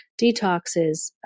detoxes